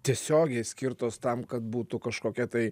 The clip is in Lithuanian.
tiesiogiai skirtos tam kad būtų kažkokia tai